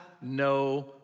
no